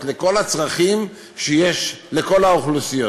על כל הצרכים שיש לכל האוכלוסיות.